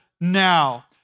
now